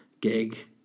gig